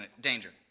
danger